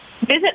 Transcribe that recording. visit